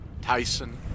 Tyson